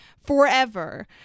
forever